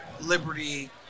liberty